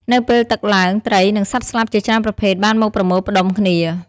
នៅពេលទឹកឡើង ត្រី និងសត្វស្លាបជាច្រើនប្រភេទបានមកប្រមូលផ្តុំគ្នា។